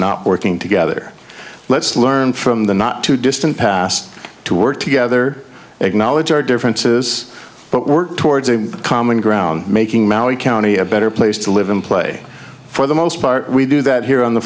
not working together let's learn from the not too distant past to work together acknowledge our differences but work towards a common ground making maui county a better place to live in play for the most part we do that here on the